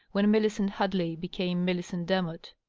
when millicent hadley became millicent demotte.